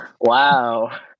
Wow